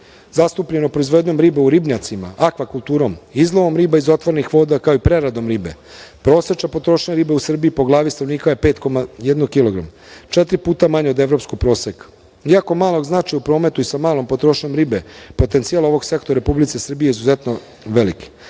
zastupljeno proizvodnjom ribe u ribnjacima, akvakulturom, izlovom riba iz otvorenih voda, kao i preradom ribe. Prosečna potrošnja ribe u Srbiji po glavi stanovnika je 5,1 kilogram, četiri puta manje od evropskog proseka. Iako malog značaja u prometu i sa malom potrošnjom ribe, potencijal ovog sektora u Republici Srbiji je izuzetno veliki.